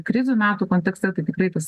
krizių metų kontekste tai tikrai tas